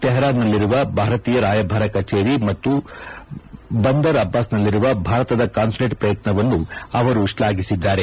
ತೆಹರಾನ್ನಲ್ಲಿರುವ ಭಾರತೀಯ ರಾಯಭಾರಿ ಕಚೇರಿ ಮತ್ತು ಬಂದರ್ ಅಬ್ಬಾಸ್ನಲ್ಲಿರುವ ಭಾರತದ ಕಾನ್ಸುಲೇಟ್ ಪ್ರಯತ್ನವನ್ನು ಅವರು ಶ್ಲಾಘಿಸಿದ್ದಾರೆ